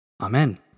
Amen